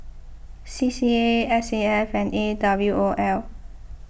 C C A S A F and A W O L